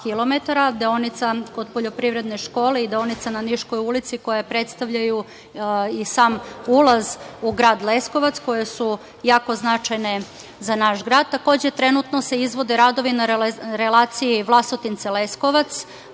deonica kod poljoprivredne škole i deonica na Niškoj ulici, koje predstavljaju i sam ulaz u grad Leskovac, koje su jako značajne za naš grad. Takođe, trenutno se izvode radovi na relaciji Vlasotince-Leskovac.